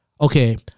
Okay